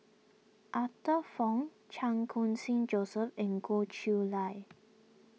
Arthur Fong Chan Khun Sing Joseph and Goh Chiew Lye